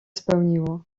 spełniło